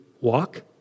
walk